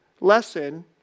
lesson